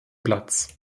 platz